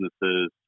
businesses